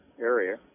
area